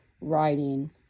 writing